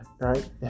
right